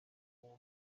muntu